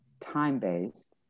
time-based